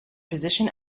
position